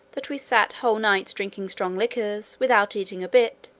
that we sat whole nights drinking strong liquors, without eating a bit,